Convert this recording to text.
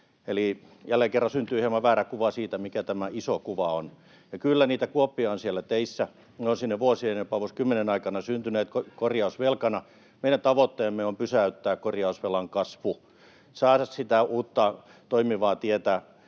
Eli jälleen kerran syntyy hieman väärä kuva siitä, mikä tämä iso kuva on. Ja kyllä, niitä kuoppia on siellä teissä. Ne ovat sinne vuosien ja jopa vuosikymmenien aikana syntyneet korjausvelkana. Meidän tavoitteemme on pysäyttää korjausvelan kasvu, saada sitä uutta toimivaa tietä